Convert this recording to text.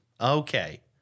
Okay